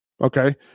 okay